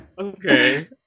Okay